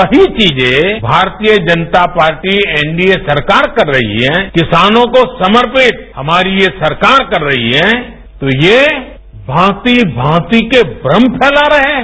वही चीजें भारतीय जनता पार्टी एनडीए सरकार कर रही है किसानों को समर्पित हमारी ये सरकार कर रही है तो ये भांति भांति के भ्रम फैला रहे हैं